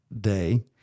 day